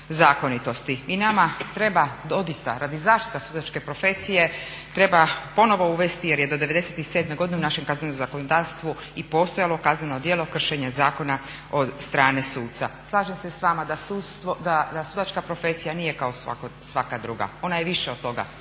I nama treba odista radi zaštita sudačke profesije treba ponovo uvesti jer je do '97. godine u našem kaznenom zakonodavstvu i postojalo kazneno djelo kršenja zakona od strane suca. Slažem se s vama da sudačka profesija nije kao svaka druga, ona je poziv, ona